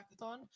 hackathon